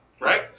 Right